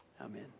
Amen